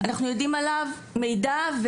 אנחנו יודעים עליו מידע,